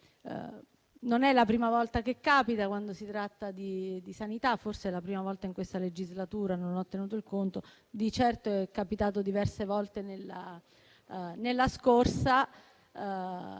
Non è la prima volta che capita quando si tratta di sanità, forse è la prima volta in questa legislatura (non ho tenuto il conto), ma di certo è capitato diverse volte nella